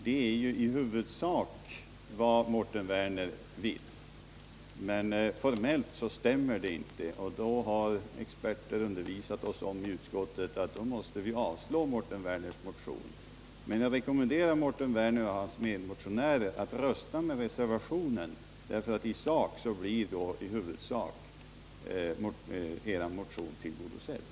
Det är i huvudsak vad Mårten Werner vill — men formellt stämmer det inte. Experter i utskottet har framhållit för oss att man därför måste avstyrka Mårten Werners motion. Men jag rekommenderar Mårten Werner och hans medmotionärer att rösta med reservationen, eftersom denna huvudsakligen tillgodoser motionens yrkande.